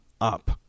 up